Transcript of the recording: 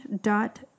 dot